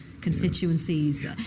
constituencies